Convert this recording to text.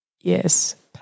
Yes